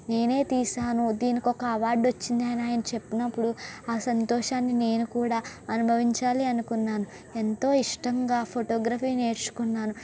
నేనే తీసాను దీనికి ఒక అవార్డు వచ్చిందని ఆయన చెప్పినప్పుడు ఆ సంతోషాన్ని నేను కూడా అనుభవించాలి అనుకున్నాను ఎంతో ఇష్టంగా ఫోటోగ్రఫీ నేర్చుకున్నాను